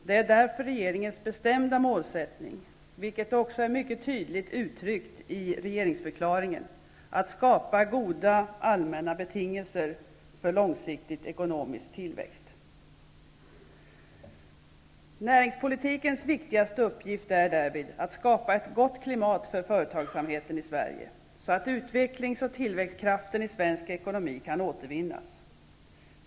Det är därför regeringens bestämda målsättning, vilket också är mycket tydligt uttryckt i regeringsförklaringen, att skapa goda allmänna betingelser för långsiktig ekonomisk tillväxt. Näringspolitikens viktigaste uppgift är därför att skapa ett gott klimat för företagsamheten i Sverige, så att utvecklings och tillväxtkraften i svensk ekonomi kan återvinnas.